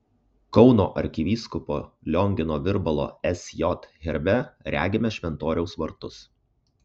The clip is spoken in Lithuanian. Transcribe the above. kauno arkivyskupo liongino virbalo sj herbe regime šventoriaus vartus